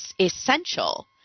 essential